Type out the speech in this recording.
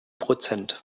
prozent